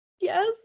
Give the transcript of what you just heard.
Yes